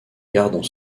gardant